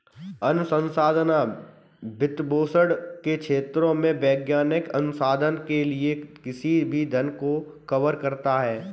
अनुसंधान वित्तपोषण के क्षेत्रों में वैज्ञानिक अनुसंधान के लिए किसी भी धन को कवर करता है